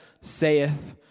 saith